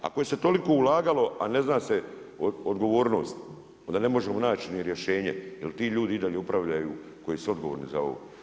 Ako se je toliko ulagalo a ne zna se odgovornost, onda ne možemo naći ni rješenje jer ti ljudi i dalje upravljaju koji su odgovorni za ovo.